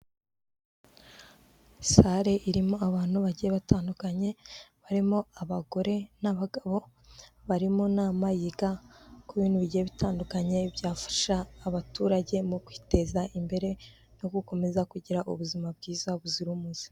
Sale irimo abantu bagiye batandukanye barimo abagore n'abagabo, bari mu nama yiga ku bintu bigiye bitandukanye byafasha abaturage mu kwiteza imbere, no gukomeza kugira ubuzima bwiza buzira umuze.